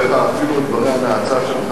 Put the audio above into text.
ואז אתה כאילו מתעקש להתעלם.